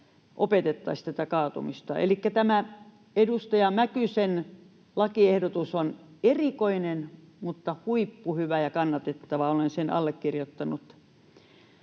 opetettaisiin tätä kaatumista. Elikkä tämä edustaja Mäkysen lakiehdotus on erikoinen mutta huippuhyvä ja kannatettava — olen sen allekirjoittanut.